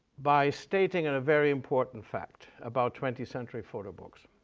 by stating and a very important fact about twentieth century photo books.